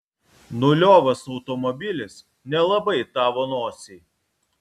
nuliovas automobilis nelabai tavo nosiai